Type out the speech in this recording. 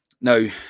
now